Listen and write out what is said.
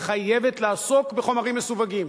חייבת לעסוק בחומרים מסווגים.